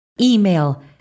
email